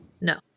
No